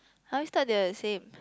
I always thought they're the same